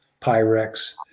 Pyrex